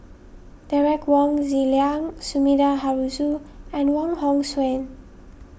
Derek Wong Zi Liang Sumida Haruzo and Wong Hong Suen